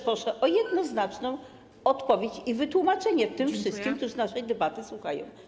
Proszę o jednoznaczną odpowiedź i wytłumaczenie tego wszystkim, którzy naszej debaty słuchają.